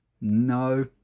No